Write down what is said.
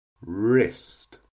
wrist